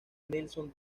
nelson